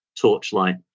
torchlight